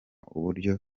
uburyo